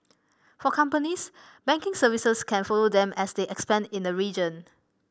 for companies banking services can follow them as they expand in the region